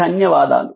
ధన్యవాదాలు